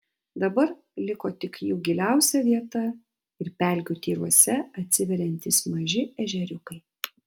dabar liko tik jų giliausia vieta ir pelkių tyruose atsiveriantys maži ežeriukai